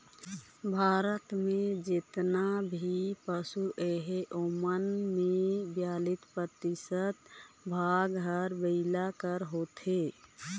भारत में जेतना भी पसु अहें ओमन में बियालीस परतिसत भाग हर बइला कर होथे